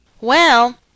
Well